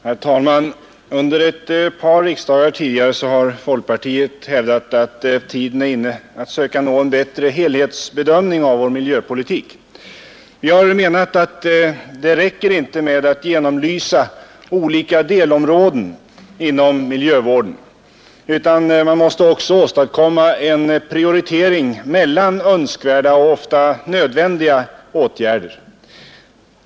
Herr talman! Under ett par riksdagar tidigare har folkpartiet hävdat att tiden är inne att söka nå en bättre helhetsbedömning av vår miljöpolitik. Vi har menat att det räcker inte med att genomlysa olika delområden inom miljövården utan man måste också åstadkomma en prioritering mellan önskvärda och ofta nödvändiga åtgärder.